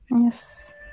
Yes